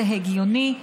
זה הגיוני,